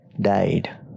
died